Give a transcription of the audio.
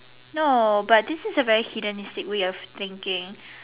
no but this is a very Hellenistic of thinking